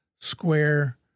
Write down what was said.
square